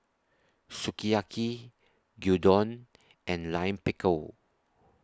Sukiyaki Gyudon and Lime Pickle